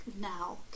now